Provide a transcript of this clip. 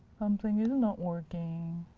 something is and not working.